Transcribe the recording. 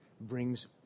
brings